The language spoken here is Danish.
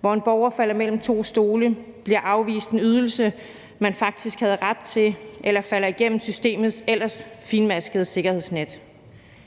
hvor en borger falder mellem to stole og bliver afvist en ydelse, borgeren faktisk havde ret til, eller falder igennem systemets ellers fintmaskede sikkerhedsnet.